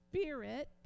spirit